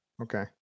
Okay